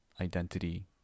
identity